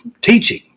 teaching